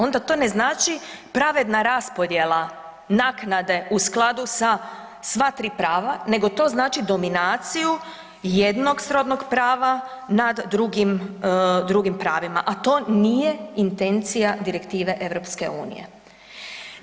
Onda to ne znači pravedna raspodjela naknade u skladu sa sva tri prava nego to znači dominaciju jednog srodnog prava nad drugim pravima a to nije intencija direktive EU-a.